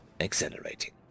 accelerating